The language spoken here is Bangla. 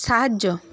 সাহায্য